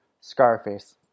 Scarface